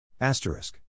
Asterisk